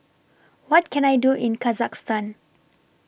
What Can I Do in Kazakhstan